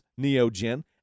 NeoGen